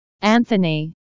Anthony